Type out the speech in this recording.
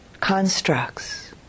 constructs